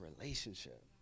relationship